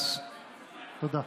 תודה.